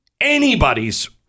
anybody's